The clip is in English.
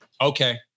okay